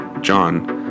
John